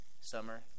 Summer